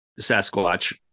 Sasquatch